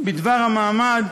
בדבר המעמד